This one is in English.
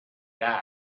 die